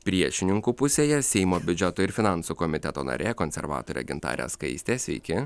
priešininkų pusėje seimo biudžeto ir finansų komiteto narė konservatorė gintarė skaistė sveiki